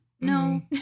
no